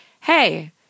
hey –